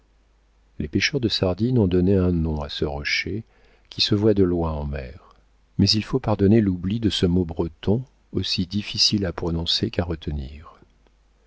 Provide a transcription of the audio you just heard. les pêcheurs de sardines ont donné un nom à ce rocher qui se voit de loin en mer mais il faut pardonner l'oubli de ce mot breton aussi difficile à prononcer qu'à retenir